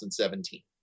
2017